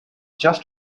just